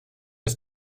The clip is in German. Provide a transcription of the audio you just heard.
ist